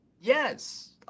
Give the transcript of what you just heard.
Yes